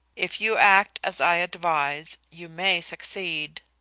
if you act as i advise, you may succeed.